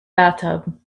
bathtub